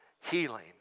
healing